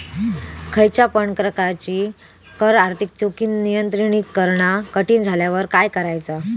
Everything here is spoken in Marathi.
खयच्या पण प्रकारची कर आर्थिक जोखीम नियंत्रित करणा कठीण झाल्यावर काय करायचा?